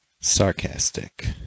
Sarcastic